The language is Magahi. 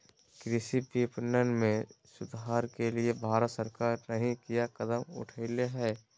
कृषि विपणन में सुधार के लिए भारत सरकार नहीं क्या कदम उठैले हैय?